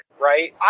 right